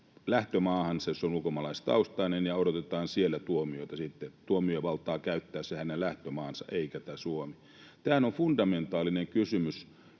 lähtömaahansa, jos hän on ulkomaalaistaustainen, ja odotetaan siellä tuomiota sitten, niin että tuomiovaltaa käyttäisi hänen lähtömaansa eikä Suomi. Tämähän on fundamentaalinen kysymys,